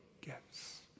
gifts